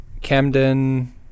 Camden